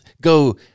go